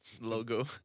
logo